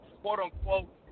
quote-unquote